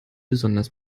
besonders